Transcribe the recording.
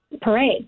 parade